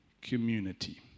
community